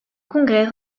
congrès